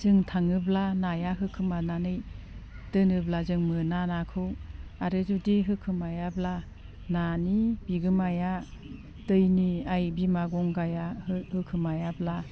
जों थाङोब्ला नाया होखोमानानै दोनोब्ला जों मोना नाखौ आरो जुदि होखोमायाब्ला नानि बिगोमाया दैनि आइ बिमा गंगायाबो होखोमायाब्ला